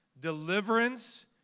Deliverance